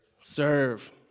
serve